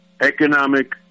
economic